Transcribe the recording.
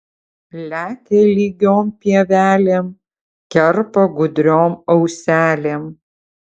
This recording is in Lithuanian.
lekia lygiom pievelėm kerpa gudriom auselėm